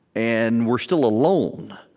and we're still alone.